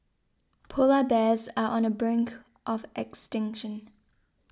Polar Bears are on the brink of extinction